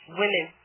women